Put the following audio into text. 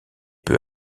peu